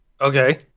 Okay